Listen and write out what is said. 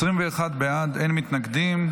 21 בעד, אין מתנגדים.